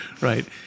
Right